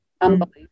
Unbelievable